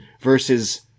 versus